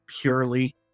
purely